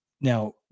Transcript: Now